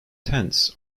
tents